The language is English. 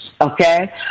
okay